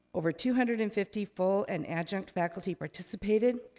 over two hundred and fifty full and adjunct faculty participated.